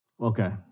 Okay